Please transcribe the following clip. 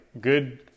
good